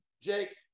jake